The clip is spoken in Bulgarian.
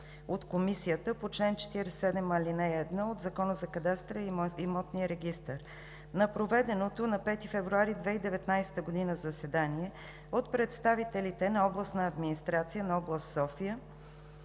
от Комисията по чл. 47, ал. 1 от Закона за кадастъра и имотния регистър. На проведеното на 5 февруари 2019 г. заседание от представителите на Областна администрация на област София